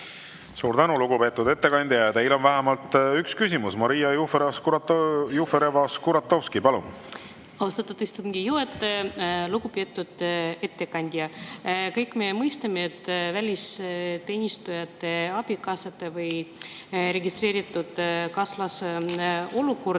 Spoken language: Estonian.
Suur tänu, lugupeetud ettekandja! Teile on vähemalt üks küsimus. Maria Jufereva-Skuratovski, palun! Austatud istungi juhataja! Lugupeetud ettekandja! Kõik me mõistame, et välisteenistujate abikaasa või registreeritud elukaaslase olukord